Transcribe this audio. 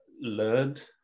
learned